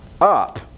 Up